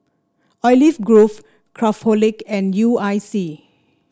Olive Grove Craftholic and U I C